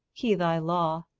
he thy law.